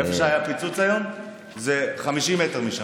איפה שהיה הפיצוץ היום, זה 50 מטר משם.